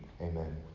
Amen